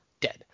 dead